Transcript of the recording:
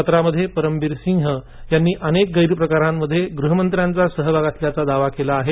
पत्रामध्ये परमबीर सिंग यांनी अनेक गैरप्रकारांमध्ये गृहमंत्र्यांचा सहभाग असल्याचाही दावा केला केलं आहे